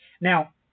Now